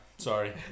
Sorry